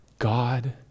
God